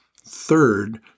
Third